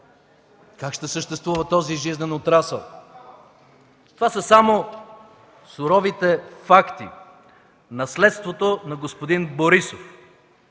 Как ще съществува този жизнен отрасъл? Това са само суровите факти, наследството на господин Борисов